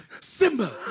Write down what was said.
Simba